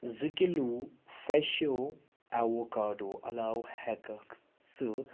زٕ کِلوٗ فرٛیٚشو ایٚوکاڈو علاوٕ ہیٚکیٚکھ ژٕ